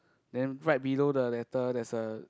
then right below the letter there's a